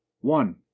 One